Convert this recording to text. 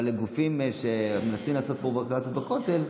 אבל הגופים שמנסים לעשות פרובוקציות בכותל,